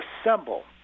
assemble